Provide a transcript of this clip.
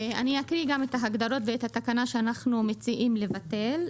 אני אקרא גם את ההגדרות ואת התקנה שאנחנו מציעים לבטל.